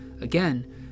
Again